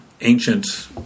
ancient